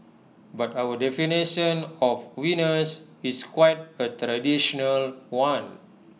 but our definition of winners is quite A traditional one